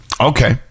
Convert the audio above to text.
Okay